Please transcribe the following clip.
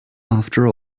after